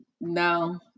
no